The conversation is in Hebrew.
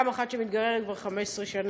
גם כאחת שמתגוררת בעיר כבר 15 שנה,